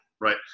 Right